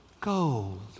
Gold